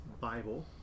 bible